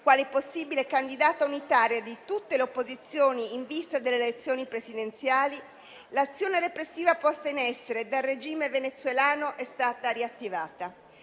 quale possibile candidata unitaria di tutte le opposizioni in vista delle elezioni presidenziali, l'azione repressiva posta in essere dal regime venezuelano è stata riattivata.